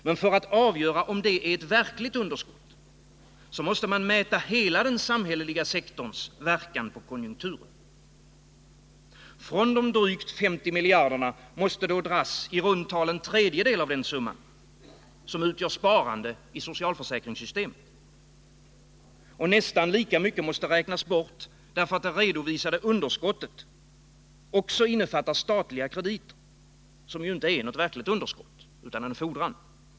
Men för att avgöra om det är ett verkligt underskott måste man mäta hela den samhälleliga sektorns verkan på konjunkturen. Från de drygt 50 miljarderna måste då dras i runt tal en tredjedel av den summan, som utgör sparande i socialförsäkringssystemet. Nästan lika mycket måste räknas bort därför att det redovisade underskottet också innefattar statliga krediter, som inte är något verkligt underskott utan en fordran.